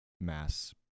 mass